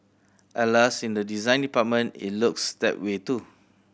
alas in the design department it looks that way too